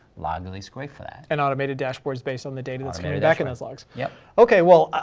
loggly's great for that. and automated dashboards based on the data that's coming back in those logs. yup. okay, well,